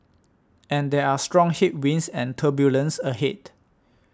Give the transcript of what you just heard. and there are strong headwinds and turbulence ahead